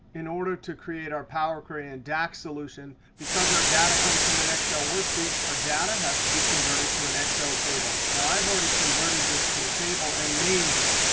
in order to create our power query and dax solution, because our data comes from an excel worksheet, our data has to be converted to an excel table. now, i've already converted this to a table and named it.